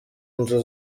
nzu